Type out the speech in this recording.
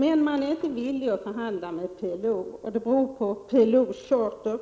Men man är inte villig att förhandla med PLO. Det beror på PLO:s stadga